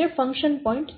જે function point છે